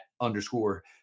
underscore